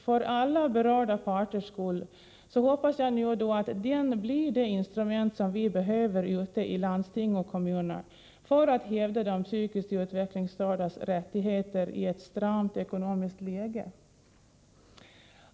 För alla berörda parters skull hoppas jag nu att den blir det instrument som vi behöver ute i landsting och kommuner för att hävda de psykiskt utvecklingsstördas rättigheter i ett stramt ekonomiskt läge.